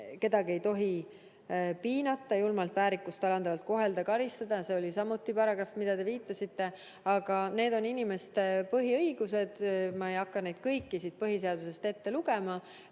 Kedagi ei tohi piinata, julmalt või väärikust alandavalt kohelda ega karistada – see oli samuti paragrahv, millele te viitasite. Need on inimeste põhiõigused, ma ei hakka neid kõiki põhiseadusest ette lugema.